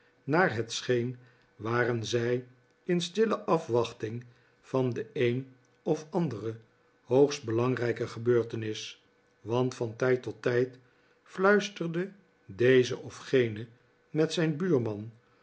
naar net scheen waren zij in stille afwachting van de een of andere hoogst belangrijke gebeurtenis want van tijd tot tijd fluisterde deze of gene met zijn buurman